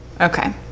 okay